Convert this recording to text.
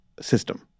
system